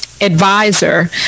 advisor